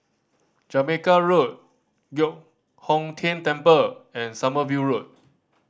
Jamaica Road Giok Hong Tian Temple and Sommerville Road